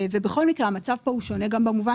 בכל מקרה המצב כאן הוא שונה גם במובן